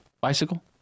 bicycle